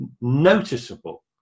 noticeable